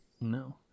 No